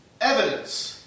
evidence